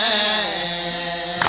a